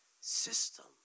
system